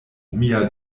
mia